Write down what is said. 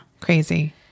crazy